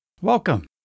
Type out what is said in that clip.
Welcome